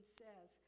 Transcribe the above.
says